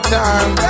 time